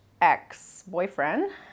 ex-boyfriend